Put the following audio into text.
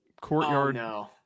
courtyard